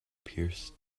pierced